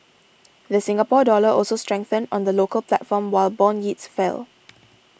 the Singapore Dollar also strengthened on the local platform while bond yields fell